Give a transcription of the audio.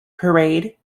parade